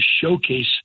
showcase